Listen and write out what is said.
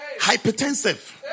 Hypertensive